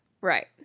Right